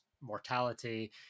mortality